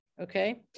okay